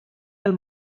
del